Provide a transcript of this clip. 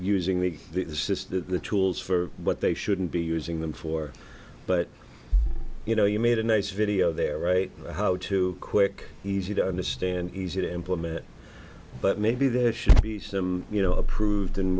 using the system tools for what they shouldn't be using them for but you know you made a nice video there right how to quick easy to understand easy to implement but maybe there should be some you know approved